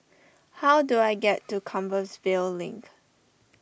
how do I get to Compassvale Link